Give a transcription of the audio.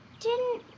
do